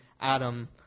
adam